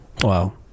Wow